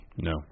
No